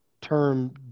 term